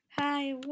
Hi